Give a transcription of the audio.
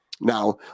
now